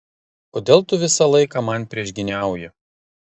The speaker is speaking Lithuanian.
kodėl tu visą laiką man priešgyniauji